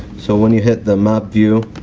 so when you hit the map view